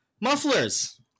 mufflers